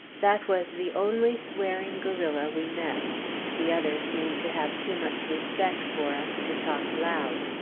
that was the only swearing guerrilla we met the others seemed to have too much respect for us to talk loud.